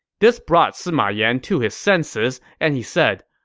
this brought sima yan to his senses, and he said,